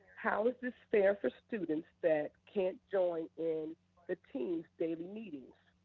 how is this fair for students that can't join in the teams daily meetings?